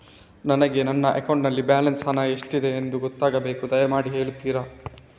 ನನಗೆ ನನ್ನ ಅಕೌಂಟಲ್ಲಿ ಬ್ಯಾಲೆನ್ಸ್ ಹಣ ಎಷ್ಟಿದೆ ಎಂದು ಗೊತ್ತಾಗಬೇಕು, ದಯಮಾಡಿ ಹೇಳ್ತಿರಾ?